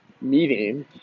meeting